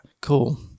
Cool